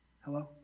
Hello